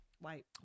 White